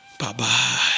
Bye-bye